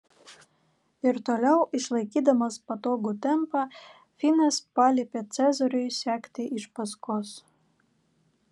ir toliau išlaikydamas patogų tempą finas paliepė cezariui sekti iš paskos